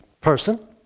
person